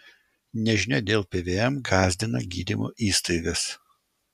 nežinia dėl pvm gąsdina gydymo įstaigas